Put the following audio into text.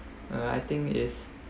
uh I think is